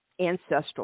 ancestral